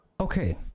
Okay